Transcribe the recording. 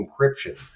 encryption